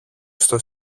στο